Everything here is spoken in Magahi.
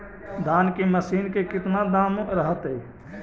धान की मशीन के कितना दाम रहतय?